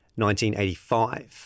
1985